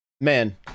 man